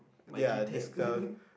Mikey ten